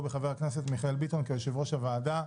בחבר הכנסת מיכאל ביטון כיושב-ראש הוועדה.